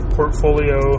portfolio